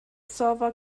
server